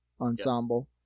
ensemble